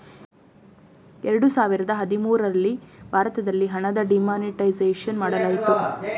ಎರಡು ಸಾವಿರದ ಹದಿಮೂರಲ್ಲಿ ಭಾರತದಲ್ಲಿ ಹಣದ ಡಿಮಾನಿಟೈಸೇಷನ್ ಮಾಡಲಾಯಿತು